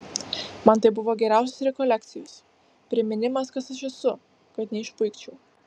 man tai buvo geriausios rekolekcijos priminimas kas aš esu kad neišpuikčiau